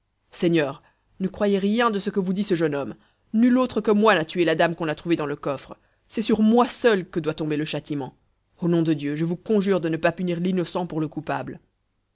seigneur ne croyez rien de ce que vous dit ce jeune homme nul autre que moi n'a tué la dame qu'on a trouvée dans le coffre c'est sur moi seul que doit tomber le châtiment au nom de dieu je vous conjure de ne pas punir l'innocent pour le coupable